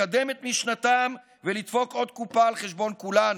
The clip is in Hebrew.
לקדם את משנתם ולדפוק עוד קופה על חשבון כולנו.